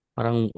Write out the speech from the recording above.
Parang